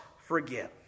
forgive